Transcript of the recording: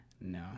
no